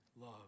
love